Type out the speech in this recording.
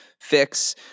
fix